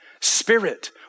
spirit